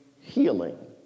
healing